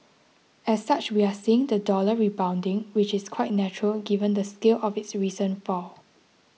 as such we are seeing the dollar rebounding which is quite natural given the scale of its recent fall